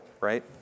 right